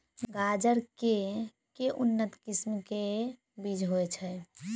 गाजर केँ के उन्नत किसिम केँ बीज होइ छैय?